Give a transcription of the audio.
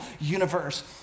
universe